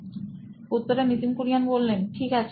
Nitin Kurian CEO ও নোইন electronics ঠিক আছে